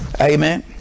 Amen